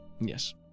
Yes